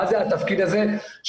מה זה התפקיד הזה שנקרא